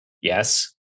yes